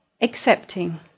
accepting